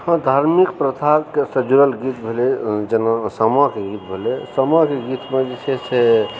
धार्मिक प्रथाके सजल किछु भेलै जेना सामाके गीत भेलै सामाके गीतमे जे छै